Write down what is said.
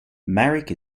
marek